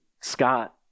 Scott